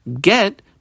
get